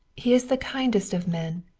he is the kindest of men.